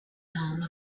home